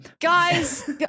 Guys